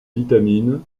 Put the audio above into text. vitamines